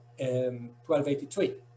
1283